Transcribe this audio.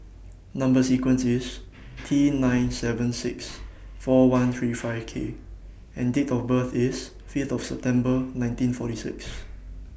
Number sequence IS T nine seven six four one three five K and Date of birth IS Fifth of September nineteen forty six